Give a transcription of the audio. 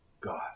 God